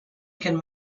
can